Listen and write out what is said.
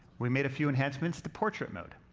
we made a few enhancements to portrait mode.